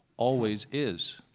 always is,